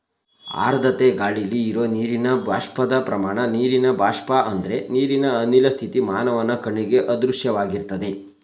ಆರ್ದ್ರತೆ ಗಾಳಿಲಿ ಇರೋ ನೀರಿನ ಬಾಷ್ಪದ ಪ್ರಮಾಣ ನೀರಿನ ಬಾಷ್ಪ ಅಂದ್ರೆ ನೀರಿನ ಅನಿಲ ಸ್ಥಿತಿ ಮಾನವನ ಕಣ್ಣಿಗೆ ಅದೃಶ್ಯವಾಗಿರ್ತದೆ